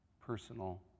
personal